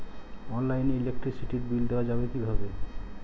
অনলাইনে ইলেকট্রিসিটির বিল দেওয়া যাবে কিভাবে?